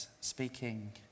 speaking